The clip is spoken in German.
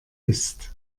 ist